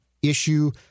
issue